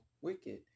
wicked